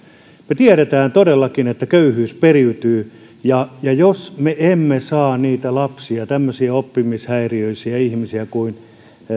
me tiedämme todellakin että köyhyys periytyy ja jos me emme saa niitä lapsia tämmöisiä oppimishäiriöisiä ihmisiä kuin